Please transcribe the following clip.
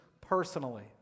personally